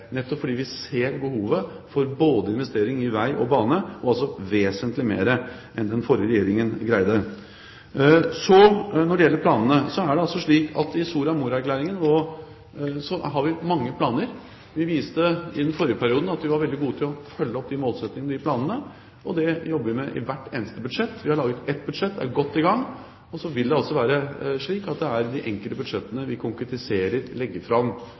nettopp fordi vi ser behovet for investeringer både i vei og i bane, og som altså er vesentlig mer enn det den forrige regjeringen greide. Når det gjelder planene, er det altså slik at i Soria Moria-erklæringen har vi mange planer. Vi viste i den forrige perioden at vi var veldig gode til å følge opp de målsettingene og de planene, og det jobber vi med i hvert eneste budsjett. Vi har laget ett budsjett og er godt i gang. Så vil det altså være slik at det er i de enkelte budsjettene vi konkretiserer og legger fram